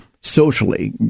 socially